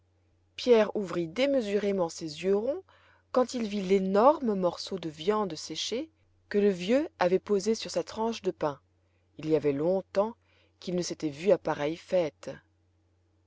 pierre ouvrit démesurément ses yeux ronds quand il vit l'énorme morceau de viande séchée que le vieux avait posé sur sa tranche de pain il y avait longtemps qu'il ne s'était vu à pareille fête